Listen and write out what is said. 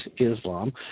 Islam